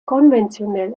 konventionell